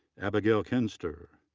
abigail kuenster,